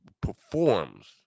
performs